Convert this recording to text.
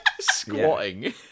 Squatting